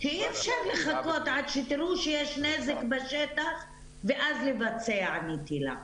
שאי אפשר לחכות עד שתראו שיש נזק בשטח ואז לבצע נטילה.